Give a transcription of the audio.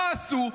מה עשו?